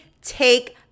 take